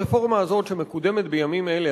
הרפורמה הזו שמקודמת בימים אלה,